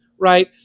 Right